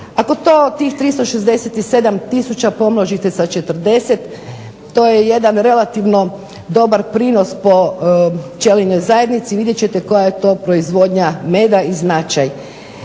Ako to, tih 367000 pomnožite sa 40 to je jedan relativno dobar prinos po pčelinjoj zajednici. Vidjet ćete koja je to proizvodnja meda i značaj.